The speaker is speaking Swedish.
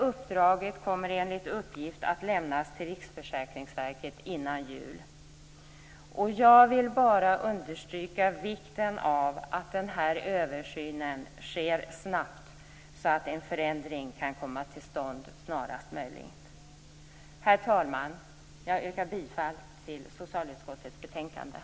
Uppdraget kommer enligt uppgift att lämnas till Riksförsäkringsverket före jul. Jag vill bara understryka vikten av att översynen sker snabbt så att en förändring kan komma till stånd snarast möjligt. Herr talman! Jag yrkar bifall till hemställan i betänkandet.